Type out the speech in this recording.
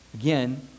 again